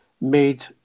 made